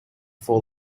four